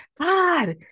God